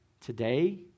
today